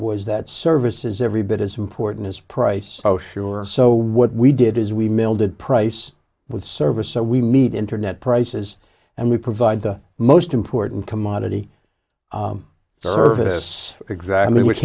was that service is every bit as important as price so sure so what we did is we mailed it price with service so we meet internet prices and we provide the most important commodity service exactly which